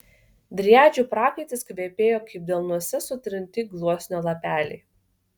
driadžių prakaitas kvepėjo kaip delnuose sutrinti gluosnio lapeliai